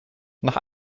nach